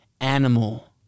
animal